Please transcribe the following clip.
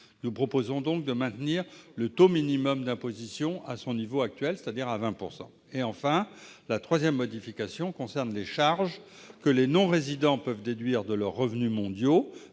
Nous proposons donc de maintenir le taux minimum d'imposition à son niveau actuel, c'est-à-dire à 20 %. La troisième modification concerne les charges que les non-résidents peuvent déduire de leurs revenus mondiaux